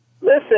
Listen